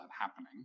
happening